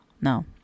No